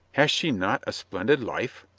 hath she not a splendid life?